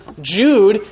Jude